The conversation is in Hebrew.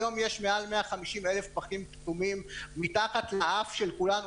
היום יש מעל 150,000 פחים כתומים מתחת לאף של כולנו,